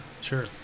sure